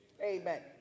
Amen